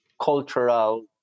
cultural